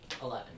Eleven